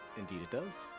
indeed, it does.